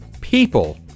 people